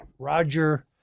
Roger